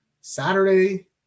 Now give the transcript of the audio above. Saturday